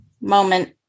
moment